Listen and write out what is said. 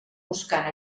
buscant